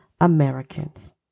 Americans